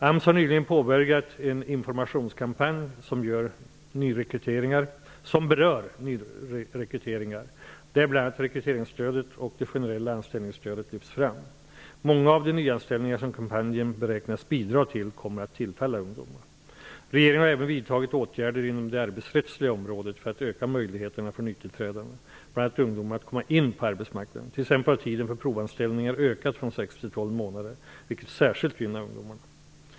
AMS har nyligen påbörjat en informationskampanj som rör nyrekryteringar, där bl.a. rekryteringsstödet och det generella anställningsstödet lyfts fram. Många av de nyanställningar som kampanjen beräknas bidra till kommer att tillfalla ungdomar. Regeringen har även vidtagit åtgärder inom det arbetsrättsliga området för att öka möjligheterna för nytillträdande, bl.a. ungdomar, att komma in på arbetsmarknaden. T.ex. har tiden för provanställningar ökat från sex till tolv månader, vilket särskilt gynnar ungdomarna.